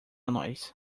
nós